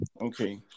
Okay